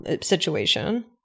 situation